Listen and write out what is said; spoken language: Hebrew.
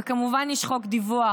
כמובן יש חוק דיווח,